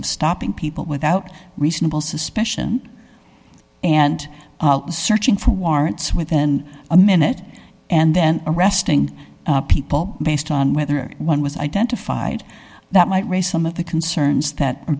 of stopping people without reasonable suspicion and searching for warrants within a minute and then arresting people based on whether one was identified that might raise some of the concerns that